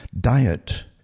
diet